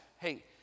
hey